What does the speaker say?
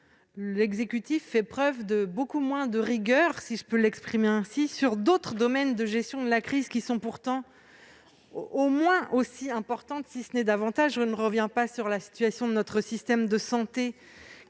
l'exécutif fait preuve de beaucoup moins de rigueur dans d'autres domaines de gestion de la crise, qui sont pourtant au moins aussi importants, si ce n'est davantage. Je ne reviens pas sur la situation de notre système de santé,